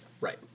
right